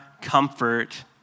comfort